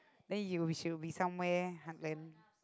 then you will should be somewhere heartland